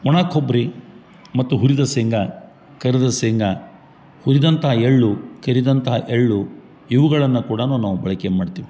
ಒಣ ಕೊಬ್ಬರಿ ಮತ್ತು ಹುರಿದ ಶೇಂಗ ಕರ್ದ ಶೇಂಗ ಹುರಿದಂಥ ಎಳ್ಳು ಕರಿದಂಥ ಎಳ್ಳು ಇವುಗಳನ್ನ ಕೂಡನು ನಾವು ಬಳಕೆ ಮಾಡ್ತೀವಿ